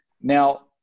now